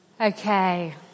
Okay